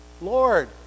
Lord